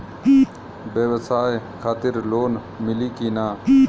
ब्यवसाय खातिर लोन मिली कि ना?